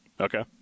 Okay